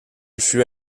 fut